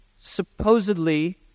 supposedly